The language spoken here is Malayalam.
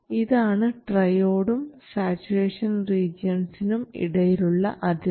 ഇതാണ് ട്രയോഡും സാച്ചുറേഷൻ റീജിയൺസിനും ഇടയിലുള്ള അതിർത്തി